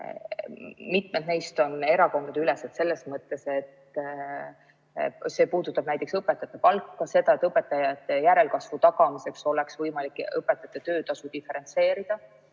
mitmed neist erakondadeülesed, selles mõttes, et puudutavad näiteks õpetajate palka, seda, et õpetajate järelkasvu tagamiseks oleks võimalik õpetajate töötasu diferentseerida.